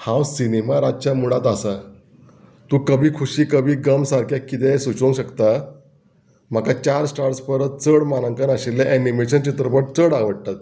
हांव सिनेमा रातच्या मुळांत आसा तूं कभी खुशी कभी गम सारकें कितेंय सुचोवंक शकता म्हाका चार स्टार्स परस चड मानांकन आशिल्लें एनिमेशन चित्रपट चड आवडटात